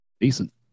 Decent